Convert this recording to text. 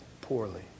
poorly